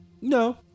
No